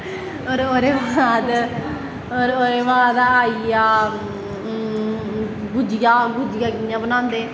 और ओह्दे बाद और ओह्दे बाद आईया भुज्जिया भुज्जिया कियां बनांदे